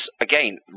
again